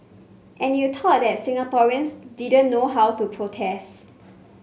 and you thought that Singaporeans didn't know how to protest